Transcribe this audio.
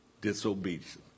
disobedience